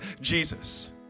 Jesus